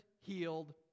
healed